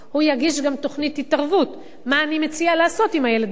הוא יגיש גם תוכנית התערבות: מה אני מציע לעשות עם הילד הזה.